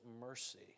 mercy